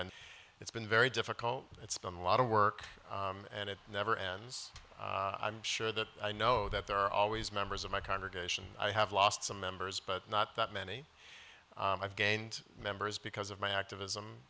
and it's been very difficult it's been a lot of work and it never ends i'm sure that i know that there are always members of my congregation and i have lost some members but not that many i've gained members because of my activism